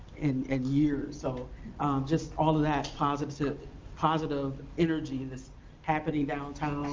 in and years. so just all of that positive positive energy that's happening downtown